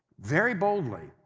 very boldly.